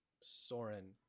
Soren